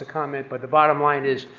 ah comment. but the bottom line is,